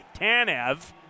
Tanev